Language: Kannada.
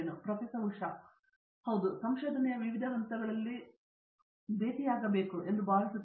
ಪ್ರೊಫೆಸರ್ ಉಷಾ ಮೋಹನ್ ಹೌದು ನಾವು ಸಂಶೋಧನೆಯ ವಿವಿಧ ಹಂತಗಳಲ್ಲಿ ಅದನ್ನು ಹಾಕಬಹುದು ಎಂದು ನಾನು ಭಾವಿಸುತ್ತೇನೆ